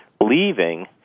leaving